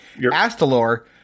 Astalor